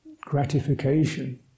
gratification